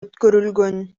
өткөрүлгөн